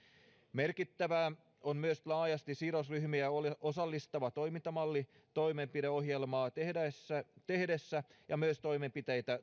merkittävää on myös laajasti sidosryhmiä osallistava toimintamalli toimenpideohjelmaa tehtäessä tehtäessä ja myös toimenpiteitä